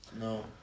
No